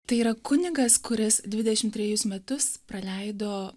tai yra kunigas kuris dvidešim trejus metus praleido